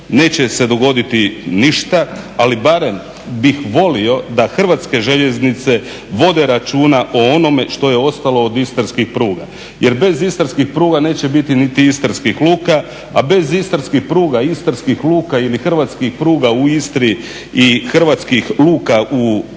neće se dogoditi ništa, ali barem bih volio da HŽ vode računa o onome što je ostalo od istarskih pruga jer bez istarskih pruga neće biti niti istarskih luka, a bez istarskih pruga i istarskih luka ili hrvatskih pruga u Istri i hrvatskih luka u Istri